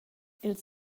ils